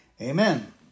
Amen